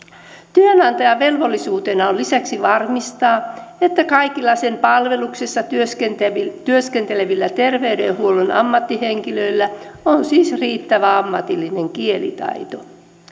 työnantajan velvollisuutena on lisäksi varmistaa että kaikilla sen palveluksessa työskentelevillä työskentelevillä terveydenhuollon ammattihenkilöillä on siis riittävä ammatillinen kielitaito